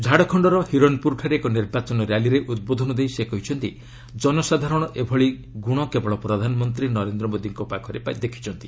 ଝାଡ଼ଖଣ୍ଡର ହିରନପୁରଠାରେ ଏକ ନିର୍ବାଚନ ର୍ୟାଲିରେ ଉଦ୍ବୋଧନ ଦେଇ ସେ କହିଛନ୍ତି ଜନସାଧାରଣ ଏଭଳି ଗୁଣ କେବଳ ପ୍ରଧାନମନ୍ତ୍ରୀ ନରେନ୍ଦ୍ର ମୋଦିଙ୍କ ପାଖରେ ଦେଖିଛନ୍ତି